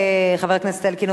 חבר הכנסת אלקין,